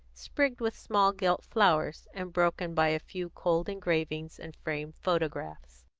sprigged with small gilt flowers, and broken by a few cold engravings and framed photographs.